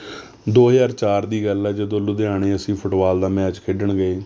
ਦੋ ਹਜ਼ਾਰ ਚਾਰ ਦੀ ਗੱਲ ਹੈ ਜਦੋਂ ਲੁਧਿਆਣੇ ਅਸੀਂ ਫੁੱਟਬਾਲ ਦਾ ਮੈਚ ਖੇਡਣ ਗਏ